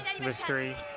mystery